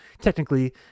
technically